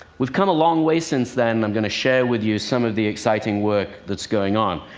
we've come a long way since then. i'm going to share with you some of the exciting work that's going on.